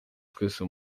twese